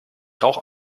rauch